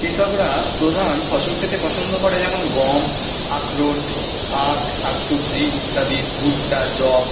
কৃষকরা প্রধান ফসল পেতে পছন্দ করে যেমন গম আখরোট আখ শাকসবজি ইত্যাদি ভুট্টা জব